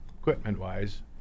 Equipment-wise